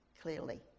clearly